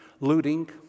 looting